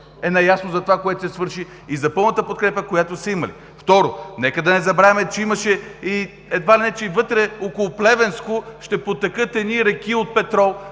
е наясно за това, което се свърши и пълната подкрепа, която са имали. Второ, нека да не забравяме, че имаше едва ли не вътре, около Плевенско, ще потекат едни реки от петрол,